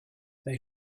they